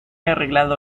arreglado